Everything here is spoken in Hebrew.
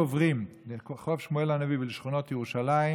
אם היו עוברים לרחוב שמואל הנביא ולשכונות ירושלים,